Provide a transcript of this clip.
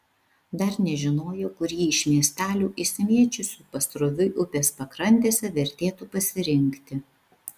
dar nežinojo kurį iš miestelių išsimėčiusių pasroviui upės pakrantėse vertėtų pasirinkti